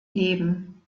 leben